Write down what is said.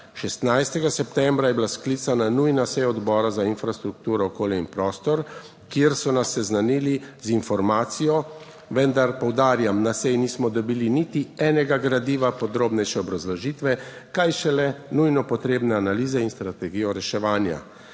16. septembra je bila sklicana nujna seja Odbora za infrastrukturo, okolje in prostor, kjer so nas seznanili z informacijo. Vendar poudarjam, na seji nismo dobili niti enega gradiva, podrobnejše obrazložitve, kaj šele nujno potrebne analize in strategijo reševanja.